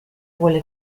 vuole